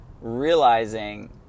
realizing